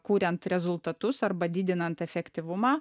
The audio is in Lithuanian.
kuriant rezultatus arba didinant efektyvumą